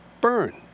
burn